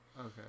Okay